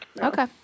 Okay